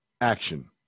action